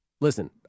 Listen